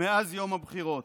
מאז יום הבחירות.